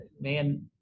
man